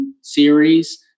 series